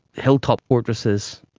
hilltop fortresses,